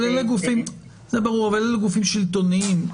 אבל גופים שלטוניים.